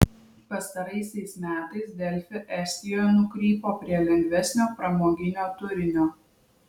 pastaraisiais metais delfi estijoje nukrypo prie lengvesnio pramoginio turinio